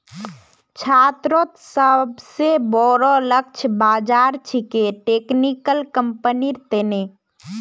छात्रोंत सोबसे बोरो लक्ष्य बाज़ार छिके टेक्निकल कंपनिर तने